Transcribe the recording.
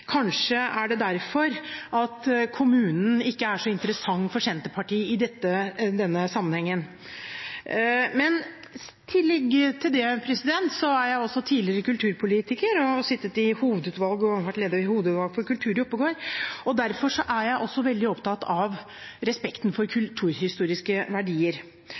Kanskje er det derfor kommunen ikke er så interessant for Senterpartiet i denne sammenhengen. Men i tillegg til det er jeg også tidligere kulturpolitiker og har sittet i og vært leder for kulturutvalget i Oppegård. Derfor er jeg også veldig opptatt av respekten for kulturhistoriske verdier.